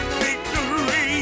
victory